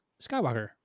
Skywalker